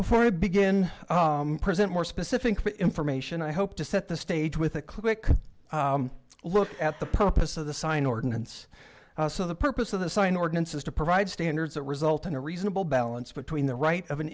before i begin present more specific information i hope to set the stage with a quick look at the purpose of the sign ordinance so the purpose of the sign ordinance is to provide standards that result in a reasonable balance between the right of an